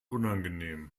unangenehm